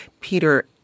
Peter